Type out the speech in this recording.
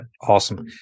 awesome